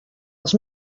els